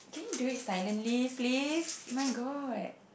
do it silently please oh-my-god